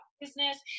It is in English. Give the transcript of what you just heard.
business